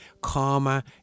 karma